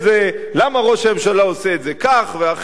למה ראש הממשלה עושה את זה כך ואחרת וכו'